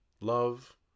love